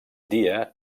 dia